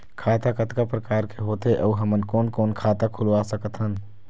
खाता कतका प्रकार के होथे अऊ हमन कोन कोन खाता खुलवा सकत हन?